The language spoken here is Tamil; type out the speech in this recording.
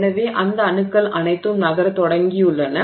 எனவே இந்த அணுக்கள் அனைத்தும் நகரத் தொடங்கியுள்ளன